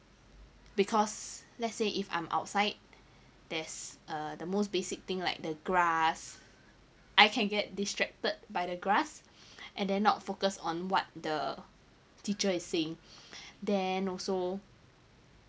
because let's say if I'm outside there's a the most basic thing like the grass I can get distracted by the grass and then not focus on what the teacher is saying then also